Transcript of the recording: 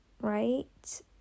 right